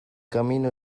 camino